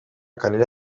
kanela